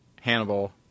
Hannibal